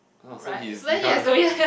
so he's become the